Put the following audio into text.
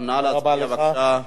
תודה רבה לך.